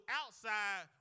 outside